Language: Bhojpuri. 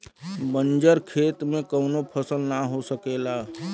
बंजर खेत में कउनो फसल ना हो सकेला